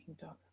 dogs